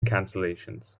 cancellations